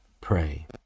pray